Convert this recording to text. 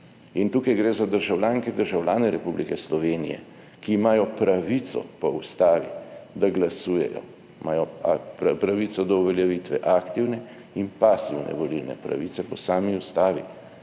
In tukaj gre za državljanke in državljane Republike Slovenije, ki imajo pravico po Ustavi, da glasujejo, imajo pravico do uveljavitve aktivne in pasivne volilne pravice po sami Ustavi.